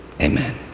Amen